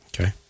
Okay